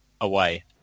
away